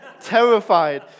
terrified